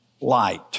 light